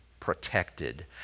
protected